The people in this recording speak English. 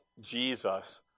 Jesus